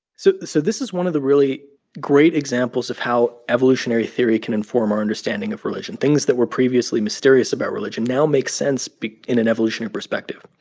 so so this is one of the really great examples of how evolutionary theory can inform our understanding of religion. things that were previously mysterious about religion now makes sense in an evolutionary perspective.